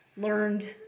learned